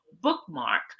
bookmark